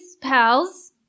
pals